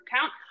count